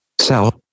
Sell